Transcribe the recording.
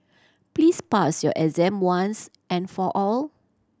please pass your exam once and for all